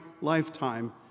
lifetime